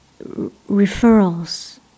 referrals